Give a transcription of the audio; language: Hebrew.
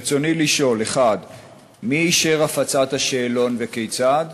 רצוני לשאול: 1. מי אישר את הפצת השאלון וכיצד?